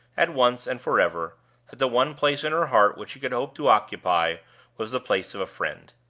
at once and forever, that the one place in her heart which he could hope to occupy was the place of a friend.